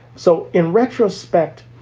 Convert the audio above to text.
so in retrospect,